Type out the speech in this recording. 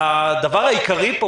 שהדבר העיקרי פה,